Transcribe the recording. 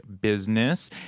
Business